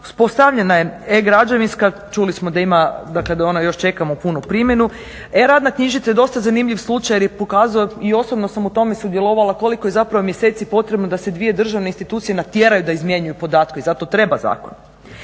uspostavljena je e-građevinska, čuli smo da ima, dakle da još čekamo punu primjenu. E-radna knjižica je dosta zanimljiv slučaj jer je pokazao i osobno sam u tome sudjelovala koliko je zapravo mjeseci potrebno da se dvije državne institucije natjeruju da izmjenjuju podatke i zato treba zakon.